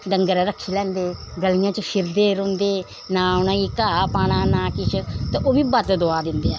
डंगर रक्खी लैंदे गलियें च फिरदे रौंह्दे नां उ'नेंगी घाह् पाना ना किश ते ओह् बी बद्द दुआ दिंदे ऐ